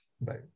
Bye